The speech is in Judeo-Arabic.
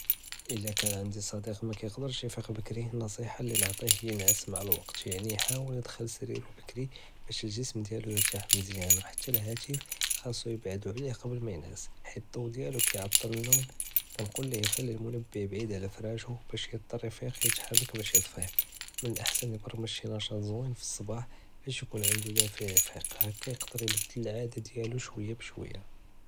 אלא קאן ענדי צדיק מאקיודערש יפיק בקרי אלנصيחה ליןעטיה יענס מעא אלווקט, יאני יחל נסדר סרירו בקרי באש ג'סם דיאלו ירתח מזיאן ו חתי להאטיף חצ'ו יבעדו עליו לפני מא יענס, חייד דו דיאלו קיעטל נום, כנקול ליה יחלי למנבה בעיד עלא פרשוה באש ידטר יפיק יתחרק באש יטפיה ו מל אחסן יברמדג שי נתח זוין פי אלסבח באש יכון ענדו דפע יפיק יכדר יבדל אלאדה דיאלו שוيا بشוيا.